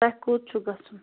تۄہہِ کوٚت چھُو گژھُن